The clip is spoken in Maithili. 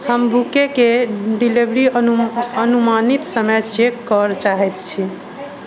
हम बूकेके डिलीवरी अनुमानित समय चेक करऽ चाहैत छी